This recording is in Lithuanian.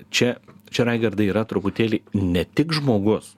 čia čia raigardai yra truputėlį ne tik žmogus